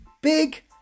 big